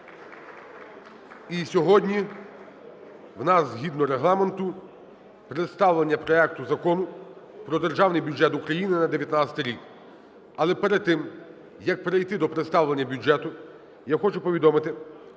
І сьогодні у нас згідно Регламенту представлення проекту Закону про Державний бюджет України на 19-й рік. Але перед тим, як перейти до представлення бюджету, я хочу повідомити,